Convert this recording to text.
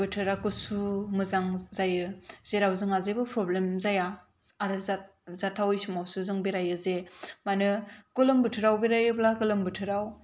बोथोरा गुसु मोजां जायो जेराव जोंहा जेबो प्रब्लेम जाया आरो जाथावै समावसो जों बेरायो जे मानो गोलोम बोथोराव बेरायोब्ला गोलोम बोथोराव